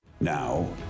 now